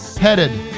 headed